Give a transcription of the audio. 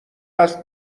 است